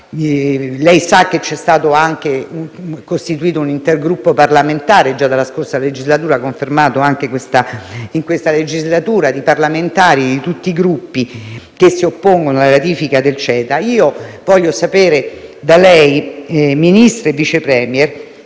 lei sa, è stato costituito un intergruppo parlamentare, già dalla scorsa legislatura e riconfermato anche in questa, formato da parlamentari di tutti i Gruppi che si oppongono alla ratifica del CETA. Voglio sapere da lei, Ministro e Vice *Premier*,